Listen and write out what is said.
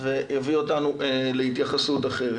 ויביא אותנו להתייחסות אחרת.